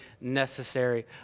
necessary